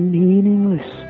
meaningless